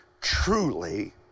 truly